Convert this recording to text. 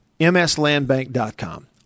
mslandbank.com